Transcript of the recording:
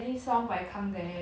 a song for the drama